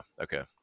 okay